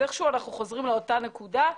כך שאנחנו חוזרים לאותה נקודה.